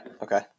okay